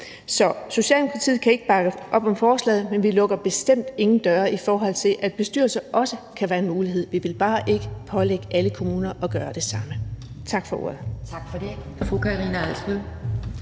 Så Socialdemokratiet kan ikke bakke op om forslaget, men vi lukker bestemt ingen døre, i forhold til at bestyrelser også kan være en mulighed. Vi vil bare ikke pålægge alle kommuner at gøre det samme. Tak for ordet. Kl.